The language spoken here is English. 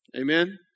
Amen